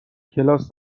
کلاس